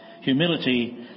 humility